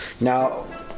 Now